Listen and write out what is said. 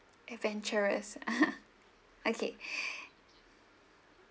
adventurous ah ha okay